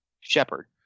Shepherd